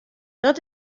dat